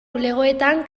bulegoetan